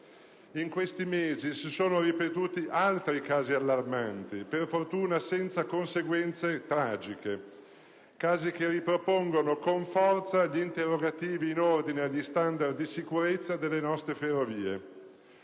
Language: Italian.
In questi mesi si sono ripetuti altri casi allarmanti, per fortuna senza conseguenze tragiche; casi che ripropongono con forza gli interrogativi in ordine agli standard di sicurezza delle nostre Ferrovie;